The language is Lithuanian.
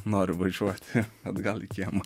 noriu važiuoti atgal į kiemą